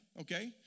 okay